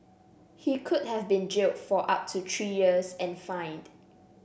he could have been jailed for up to three years and fined